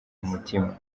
umutima